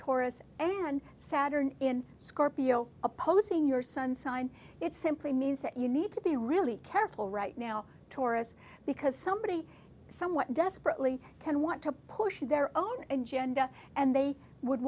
taurus and saturn in scorpio opposing your sun sign it simply means that you need to be really careful right now taurus because somebody somewhat desperately can want to push their own agenda and they would